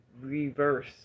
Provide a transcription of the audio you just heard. reverse